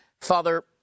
Father